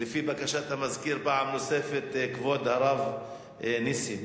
לפי בקשת המזכיר, פעם נוספת, כבוד הרב נסים.